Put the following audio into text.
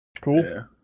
Cool